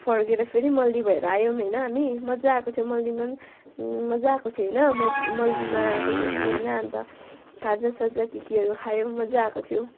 फर्किएर फेरि मल्ली भएर आयौँ होइन हामी मजा आएको थियो मल्लीमा पनि मजा आएको थियो होइन मल्लीमा अब रोक्यो होइन अन्त खाजासाजा के केहरू खायौँ मजा आएको थियो